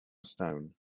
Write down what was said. stone